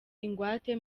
ingwate